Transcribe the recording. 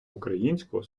українського